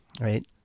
Right